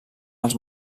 als